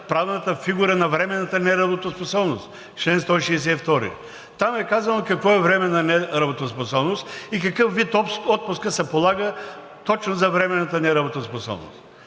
правната фигура на временната неработоспособност – чл. 162. Там е казано какво е временна неработоспособност и какъв вид общ отпуск се полага точно за временната неработоспособност.